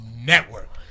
network